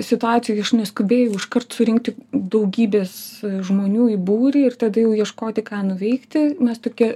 situacijoj aš neskubėjau iškart surinkti daugybės žmonių į būrį ir tada jau ieškoti ką nuveikti mes tokie